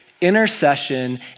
intercession